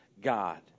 God